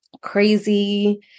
crazy